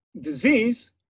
disease